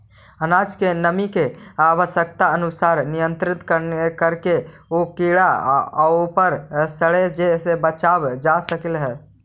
अनाज के नमी के आवश्यकतानुसार नियन्त्रित करके उ कीड़ा औउर सड़े से बचावल जा सकऽ हई